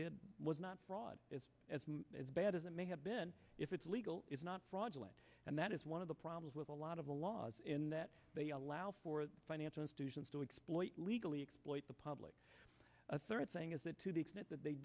did was not fraud as much as bad as it may have been if it's legal it's not fraudulent and that is one of the problems with a lot of the laws in that they allow for the financial institutions to exploit legally exploit the public a third thing is that to the extent that they